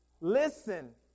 listen